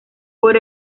por